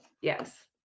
Yes